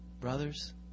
brothers